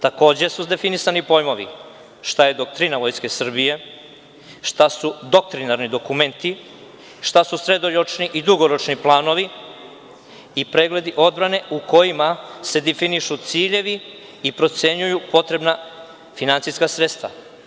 Takođe, definisani su pojmovi: šta je doktrina Vojske Srbije, šta su doktrinarni dokumenti, šta su srednjoročni i dugoročni planovi i pregledi odbrane u kojima se definišu ciljevi i procenjuju potrebna finansijska sredstva.